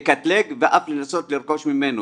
לקטלג ואף לנסות לרכוש ממנו.